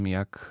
jak